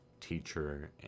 teacher